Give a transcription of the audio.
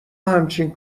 همچین